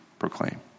proclaim